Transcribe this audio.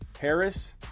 Harris